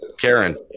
Karen